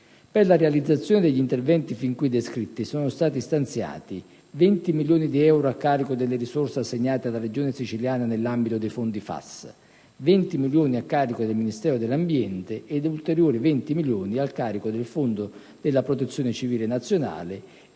Per la realizzazione degli interventi fin qui descritti sono stati stanziati 20 milioni di euro a carico delle risorse assegnate alla Regione siciliana nell'ambito dei fondi FAS, 20 milioni a carico del Ministero dell'ambiente ed ulteriori 20 milioni a carico del fondo per la protezione civile nazionale: